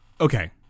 Okay